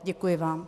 Děkuji vám.